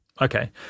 Okay